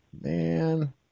man